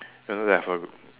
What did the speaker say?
you know they have a